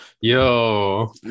Yo